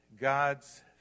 God's